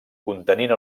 contenint